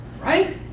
Right